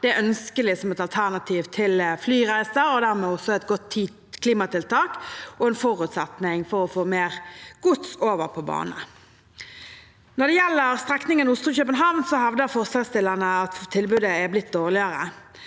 – er ønskelig som et alternativ til flyreiser og dermed også et godt klimatiltak og en forutsetning for å få mer gods over på bane. Når det gjelder strekningen Oslo–København, hevder forslagsstillerne at tilbudet er blitt dårligere.